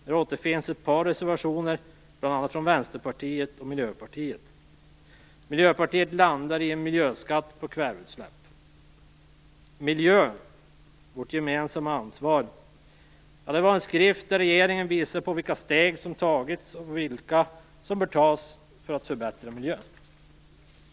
Här återfinns ett par reservationer, från bl.a. Miljön - vårt gemensamma ansvar, är en skrift där regeringen visar vilka steg som har tagits och vilka steg som bör tas för att man skall kunna förbättra miljön.